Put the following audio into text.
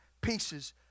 pieces